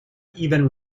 even